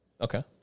Okay